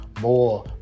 more